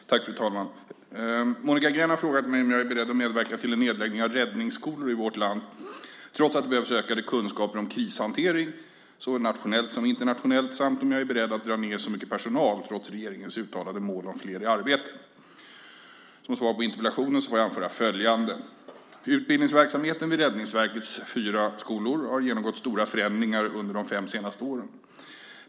Fru talman! Monica Green har frågat mig om jag är beredd att medverka till en nedläggning av räddningsskolor i vårt land, trots att det behövs ökade kunskaper om krishantering såväl nationellt som internationellt, samt om jag är beredd att dra ner så mycket personal trots regeringens uttalade mål om fler i arbete. Som svar på interpellationen får jag anföra följande: Utbildningsverksamheten vid Räddningsverkets fyra skolor har genomgått stora förändringar under de fem senaste åren.